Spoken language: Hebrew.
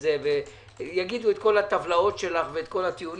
זה ויגידו את כל הטבלאות שלכם ואת כל הטיעונים.